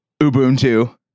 Ubuntu